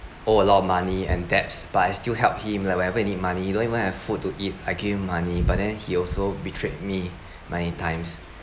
owed a lot of money and depts but I still help him like whenever he need money he doesn't even have food to eat I give him money but then he also betrayed me many times